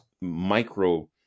micro